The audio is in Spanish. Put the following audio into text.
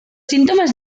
síntomas